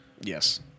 Yes